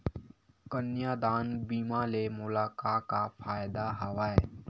कन्यादान बीमा ले मोला का का फ़ायदा हवय?